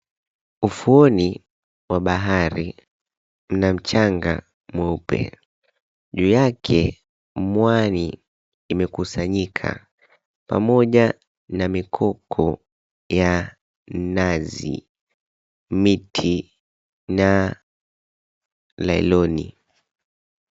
Ufuoni wa bahari, mna mchanga mweupe. Juu yake, mwani imekusanyika pamoja na mikoko ya nazi, miti na nailoni.